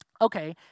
Okay